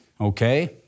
Okay